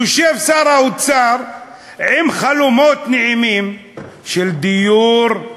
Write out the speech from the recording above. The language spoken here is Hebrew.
יושב שר האוצר עם חלומות נעימים של דיור,